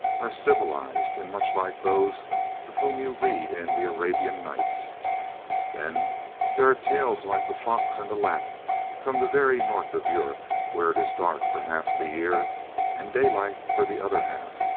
are civilised, and much like those of whom you read in the arabian nights then there are tales like the fox and the lapp from the very north of europe, where it is dark for half the year and day-light for the other half.